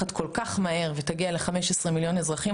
שצומחת כל כך מהר ותגיע ל-15 מיליון אזרחים,